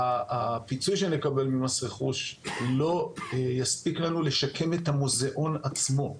שהפיצוי שנקבל ממס רכוש הוא לא יספיק לנו לשקם את המוזיאון עצמו,